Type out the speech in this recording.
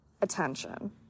attention